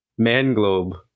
Manglobe